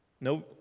No